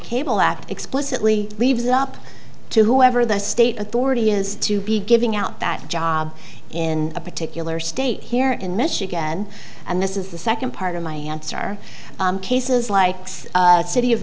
cable act explicitly leaves it up to whoever the state authority is to be giving out that job in a particular state here in michigan and this is the second part of my answer cases likes city of